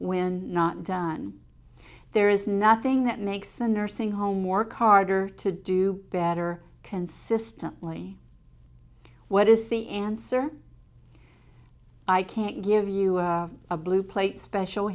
when not done there is nothing that makes the nursing home more carter to do better consistently what is the answer i can't give you a blue plate special